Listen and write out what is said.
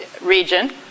region